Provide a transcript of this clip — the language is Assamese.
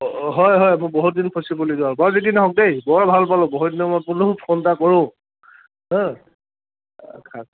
অঁ অঁ হয় হয় মই বহুত দিন ফচিবলগীয়া হ'ল বাৰু যি কি নহওক দেই বৰ ভাল পালোঁ বহুত দিনৰ মূৰত বোলো ফোন এটা কৰোঁ হাঁ